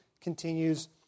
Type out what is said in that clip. continues